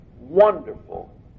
wonderful